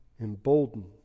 Embolden